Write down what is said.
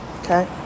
Okay